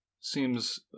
seems